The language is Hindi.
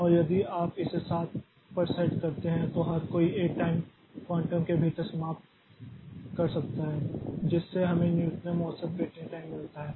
और यदि आप इसे 7 पर सेट करते हैं तो हर कोई 1 टाइम क्वांटम के भीतर समाप्त कर सकता है जिससे हमें न्यूनतम औसत वेटिंग टाइम मिलता है